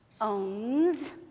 owns